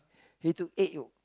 he took egg yolk